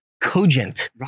cogent